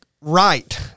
right